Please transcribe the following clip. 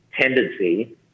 tendency